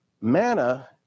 Manna